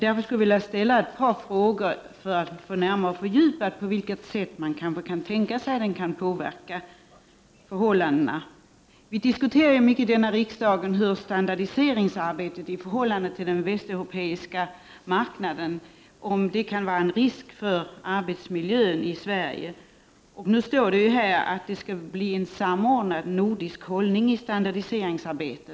Därför skulle jag vilja ställa ett par frågor för att närmare få belyst på vilket sätt man kan tänka sig att konventionen kan påverka förhållandena. Vi diskuterar mycket i denna kammare huruvida standardiseringsarbetet i förhållande till den västeuropeiska marknaden kan innebära en risk för arbetsmiljön i Sverige. Nu står det i konventionen att Norden skall inta en samordnad nordisk hållning i detta standardiseringsarbete.